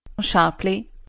Sharply